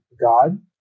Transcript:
God